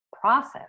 process